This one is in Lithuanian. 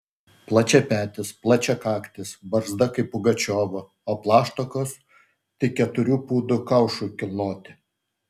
plačiapetis plačiakaktis barzda kaip pugačiovo o plaštakos tik keturių pūdų kaušui kilnoti